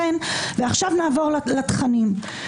נעבור לתכנים.